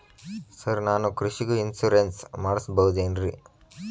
Sir ನಾನು ಕೃಷಿಗೂ insurance ಮಾಡಸಬಹುದೇನ್ರಿ?